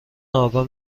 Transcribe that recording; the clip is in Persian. آگاه